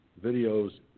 videos